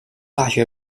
大学